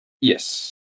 Yes